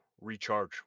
recharge